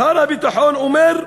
שר הביטחון אומר: